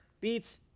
beats